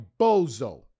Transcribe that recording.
bozo